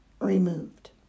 removed